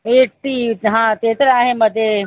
eighties हां ते तर आहे मध्ये